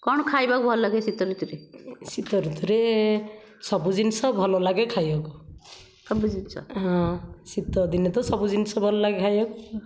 କ'ଣ ଖାଇବାକୁ ଭଲଲାଗେ ଶୀତ ଋତୁରେ ଶୀତ ଋତୁରେ ସବୁ ଜିନିଷ ଭଲଲାଗେ ଖାଇବାକୁ ସବୁ ଜିନିଷ ହଁ ଶୀତଦିନେ ତ ସବୁ ଜିନିଷ ଭଲଲାଗେ ଖାଇବାକୁ